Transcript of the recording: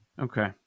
Okay